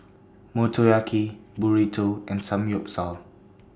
Motoyaki Burrito and Samgeyopsal